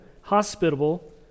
hospitable